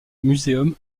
museum